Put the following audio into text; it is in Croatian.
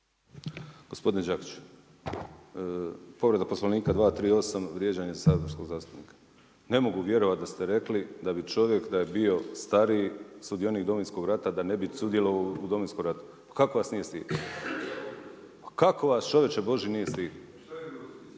Gospodine Đakiću, povreda Poslovnika 238. vrijeđanje saborskog zastupnika. Ne mogu vjerovati da ste rekli da bi čovjek da je bio stariji sudionik Domovinskog rada da ne bi sudjelovao u Domovinskom ratu, pa kako vas nije stid, pa kako vas čovječe božji nije stid? Bože sačuvaj.